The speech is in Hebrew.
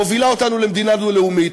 מובילה אותנו למדינה דו-לאומית,